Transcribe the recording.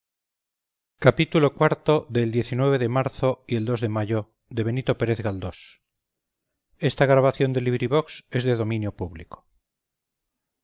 xxvi xxvii xxviii de marzo y el de mayo de